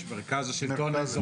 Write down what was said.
יש את מרכז השלטון האזורי.